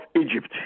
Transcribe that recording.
Egypt